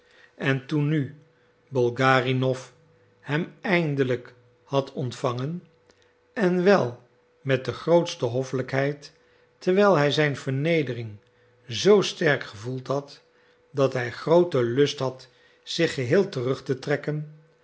en toen nu bolgarinow hem eindelijk had ontvangen en wel met de grootste hoffelijkheid terwijl hij zijn vernedering zoo sterk gevoeld had dat hij grooten lust had zich geheel terug te trekken